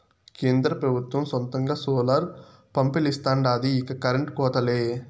కేంద్ర పెబుత్వం సొంతంగా సోలార్ పంపిలిస్తాండాది ఇక కరెంటు కోతలే